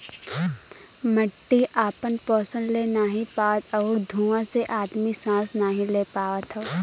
मट्टी आपन पोसन ले नाहीं पावत आउर धुँआ से आदमी सांस नाही ले पावत हौ